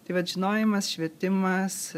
tai vat žinojimas švietimas